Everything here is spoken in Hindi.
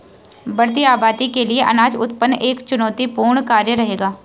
बढ़ती आबादी के लिए अनाज उत्पादन एक चुनौतीपूर्ण कार्य रहेगा